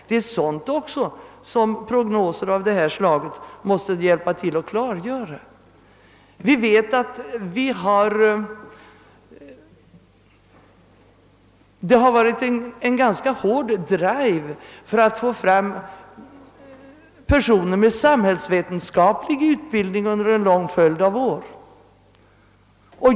Det är också sådant som prognoser av detta slag måste hjälpa till att klargöra. Vi vet att det har varit en hård drive för att få fram personer med samhällsvetenskaplig utbildning under en lång följd av år.